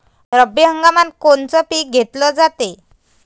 रब्बी हंगामात कोनचं पिक घेतलं जाते?